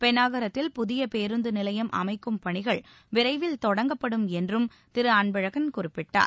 பென்னாகரத்தில் புதிய பேருந்து நிலையம் அமைக்கும் பணிகள் விரைவில் தொடங்கப்படும் என்றும் திரு அன்பழகன் குறிப்பிட்டார்